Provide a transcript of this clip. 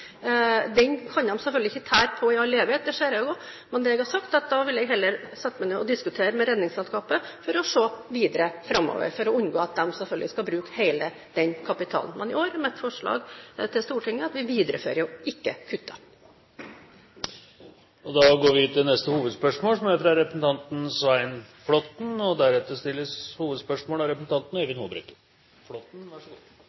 kan de selvfølgelig ikke tære på i all evighet – det ser jeg også. Men jeg har sagt at da vil jeg heller sette meg ned og diskutere med Redningsselskapet for å se videre framover og selvfølgelig for å unngå at de bruker hele den kapitalen. Men i år er mitt forslag til Stortinget at vi viderefører, ikke kutter. Vi går til neste hovedspørsmål.